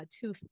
two